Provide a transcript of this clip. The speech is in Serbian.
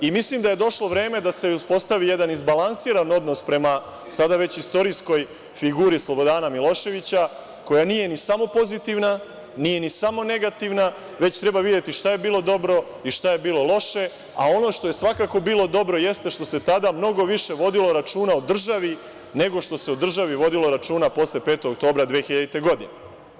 Mislim da je došlo vreme da se uspostavi jedan balansiran odnos prema sada već istorijskoj figuri Slobodana Miloševića, koja nije ni samo pozitivna, ni samo negativna, već treba videti šta je bilo dobro i šta je bilo loše, a ono što je svakako bilo dobro jeste što se tada mnogo više vodilo računa o državi, nego što se o državi vodilo računa posle 5. oktobra 2000. godine.